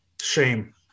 shame